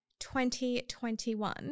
2021